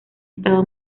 estaba